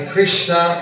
Krishna